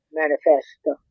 manifesto